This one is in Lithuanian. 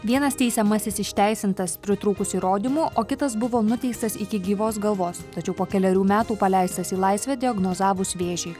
vienas teisiamasis išteisintas pritrūkus įrodymų o kitas buvo nuteistas iki gyvos galvos tačiau po kelerių metų paleistas į laisvę diagnozavus vėžį